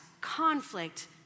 conflict